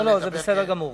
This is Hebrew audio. לא, זה בסדר גמור.